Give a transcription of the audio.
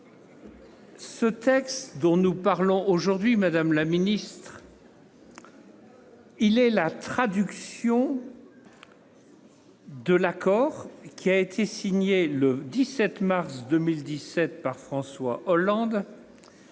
Le texte dont nous parlons aujourd'hui, madame la ministre, est la traduction de l'accord signé le 17 mars 2017 par François Hollande